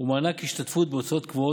ומענק השתתפות בהוצאות קבועות,